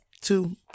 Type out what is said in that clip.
two